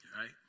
right